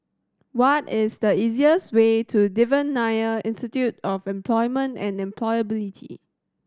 what is the easiest way to Devan Nair Institute of Employment and Employability